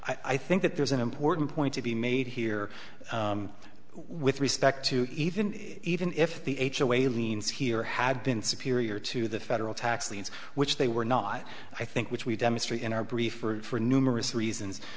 liens i think that there's an important point to be made here with respect to even even if the h away liens here have been superior to the federal tax liens which they were not i think which we demonstrate in our brief for numerous reasons